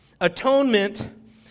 atonement